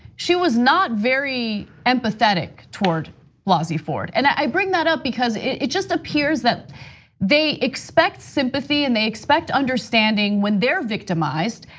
she was not very empathetic toward blasey ford. and i bring that up because it just appears that they expect sympathy, and expect understanding when they're victimized,